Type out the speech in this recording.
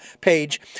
page